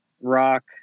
rock